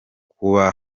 kuba